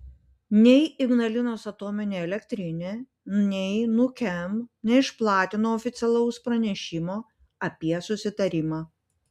nei ignalinos atominė elektrinė nei nukem neišplatino oficialaus pranešimo apie susitarimą